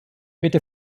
bitte